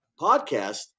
podcast